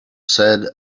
said